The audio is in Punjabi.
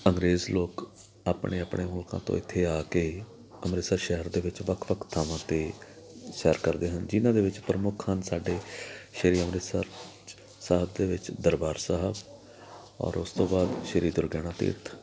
ਅੰਗਰੇਜ਼ ਲੋਕ ਆਪਣੇ ਆਪਣੇ ਮੁਲਕਾਂ ਤੋਂ ਇੱਥੇ ਆ ਕੇ ਅੰਮ੍ਰਿਤਸਰ ਸ਼ਹਿਰ ਦੇ ਵਿੱਚ ਵੱਖ ਵੱਖ ਥਾਵਾਂ 'ਤੇ ਸੈਰ ਕਰਦੇ ਹਨ ਜਿਨ੍ਹਾਂ ਦੇ ਵਿੱਚ ਪ੍ਰਮੁੱਖ ਹਨ ਸਾਡੇ ਸ਼੍ਰੀ ਅੰਮ੍ਰਿਤਸਰ ਸਾਹਿਬ ਦੇ ਵਿੱਚ ਦਰਬਾਰ ਸਾਹਿਬ ਔਰ ਉਸ ਤੋਂ ਬਾਅਦ ਸ਼੍ਰੀ ਦੁਰਗਿਆਣਾ ਤੀਰਥ